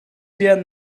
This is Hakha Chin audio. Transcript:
rian